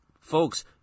folks